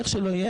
איך שלא יהיה,